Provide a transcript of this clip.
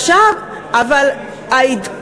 צריך לעדכן